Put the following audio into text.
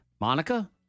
Monica